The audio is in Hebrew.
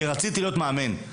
כי רציתי להיות מאמן.